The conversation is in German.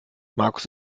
markus